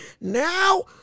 Now